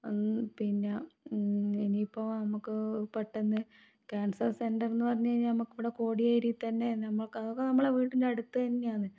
അത് പിന്നെ ഇനിയിപ്പോൾ നമുക്ക് പെട്ടെന്ന് ക്യാൻസർ സെൻറ്റർ എന്ന് പറഞ്ഞ് കഴിഞ്ഞാൽ നമുക്ക് ഇവിടെ കോടിയേരിയിൽത്തന്നെ നമുക്ക് അതൊക്കെ നമ്മളെ വീട്ടിൻ്റെ അടുത്ത് തന്നെയാണ്